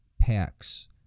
packs